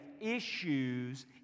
issues